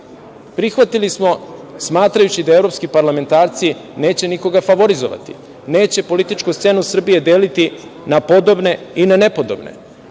Prihvatili smo, smatrajući da evropski parlamentarci neće nikoga favorizovati, neće političku scenu Srbije deliti na podobne i na nepodobne